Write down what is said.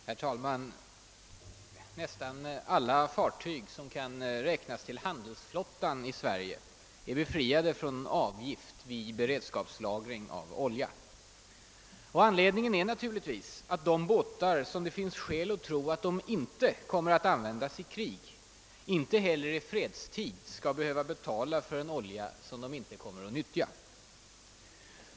Herr talman! Nästan alla fartyg som kan räknas till handelsflottan i Sverige är befriade från avgift vid beredskapslagring av olja. Anledningen är naturligtvis att de båtar, som det finns skäl tro inte kommer att användas i krig, inte heller i fredstid skall behöva betala för en olja som de inte kommer att nyttja.